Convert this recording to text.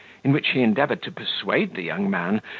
in which he endeavoured to persuade the young man,